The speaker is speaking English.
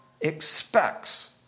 expects